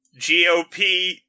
GOP